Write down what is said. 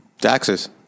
taxes